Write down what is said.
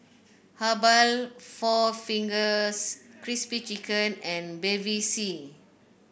Habhal four Fingers Crispy Chicken and Bevy C